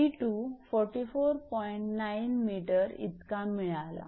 9 𝑚 इतका मिळाला